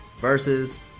versus